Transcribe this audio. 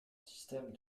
système